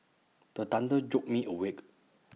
the thunder jolt me awake